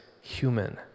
human